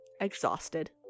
exhausted